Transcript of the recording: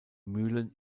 mühlen